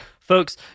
Folks